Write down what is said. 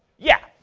yeah.